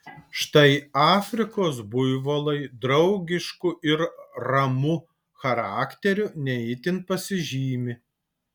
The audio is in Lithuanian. štai afrikos buivolai draugišku ir ramu charakteriu ne itin pasižymi